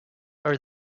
are